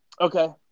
Okay